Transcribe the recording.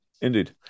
Indeed